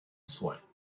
soin